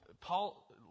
Paul